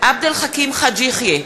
עבד אל חכים חאג' יחיא,